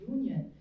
Union